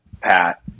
Pat